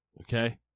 okay